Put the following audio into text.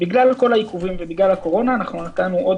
בגלל כל העיכובים ובגלל הקורונה אנחנו נתנו עוד